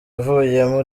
ivuyemo